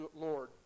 Lord